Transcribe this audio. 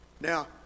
Now